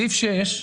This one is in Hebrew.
סעיף (6),